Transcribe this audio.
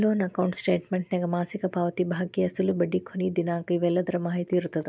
loan account ಸ್ಟೇಟಮೆಂಟ್ನ್ಯಾಗ ಮಾಸಿಕ ಪಾವತಿ ಬಾಕಿ ಅಸಲು ಬಡ್ಡಿ ಕೊನಿ ದಿನಾಂಕ ಇವೆಲ್ಲದರ ಮಾಹಿತಿ ಇರತ್ತ